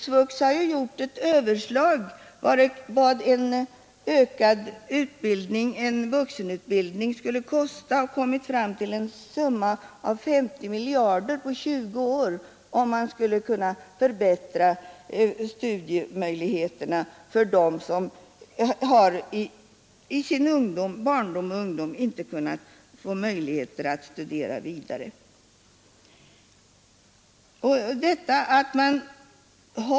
SVUX har ju gjort ett överslag över vad en ökad vuxenutbildning skulle kosta och kommit fram till en summa av 50 miljarder på 20 år för att förbättra studiemöjligheterna för dem som i sin barndom och ungdom inte fått möjligheter att studera vidare.